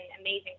amazing